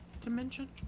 dimension